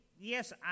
yes